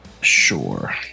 Sure